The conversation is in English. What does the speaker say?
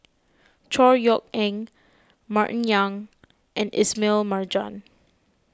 Chor Yeok Eng Martin Yan and Ismail Marjan